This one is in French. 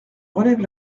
relève